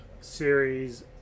series